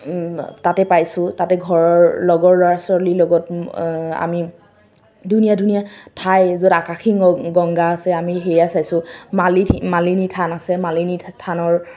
তাতে পাইছোঁ তাতে ঘৰৰ লগৰ ল'ৰা ছোৱালীৰ লগত আমি ধুনীয়া ধুনীয়া ঠাই য'ত আকাশীগংগা আছে আমি সেয়া চাইছোঁ মালিনী থান আছে মালিনী থানৰ